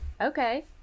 Okay